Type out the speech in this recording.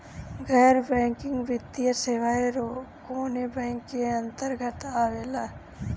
गैर बैंकिंग वित्तीय सेवाएं कोने बैंक के अन्तरगत आवेअला?